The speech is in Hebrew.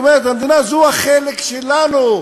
אומרת המדינה: זה החלק שלנו.